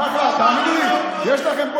אחלה, תאמיני לי, יש לכם פה